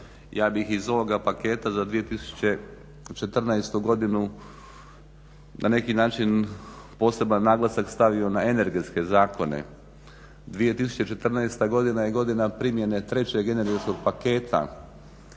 Ja bih iz ovoga paketa za 2014.godinu na neki način poseban naglasak stavio na energetske zakone. 2014.godina je godina primjene 3.energetskog paketa.